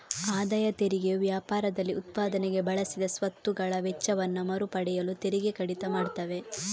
ಆದಾಯ ತೆರಿಗೆಯು ವ್ಯಾಪಾರದಲ್ಲಿ ಉತ್ಪಾದನೆಗೆ ಬಳಸಿದ ಸ್ವತ್ತುಗಳ ವೆಚ್ಚವನ್ನ ಮರು ಪಡೆಯಲು ತೆರಿಗೆ ಕಡಿತ ಮಾಡ್ತವೆ